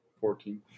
Fourteen